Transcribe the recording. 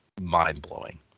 mind-blowing